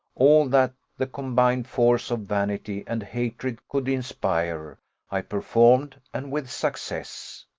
all that the combined force of vanity and hatred could inspire i performed, and with success.